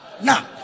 now